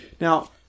Now